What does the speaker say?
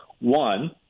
One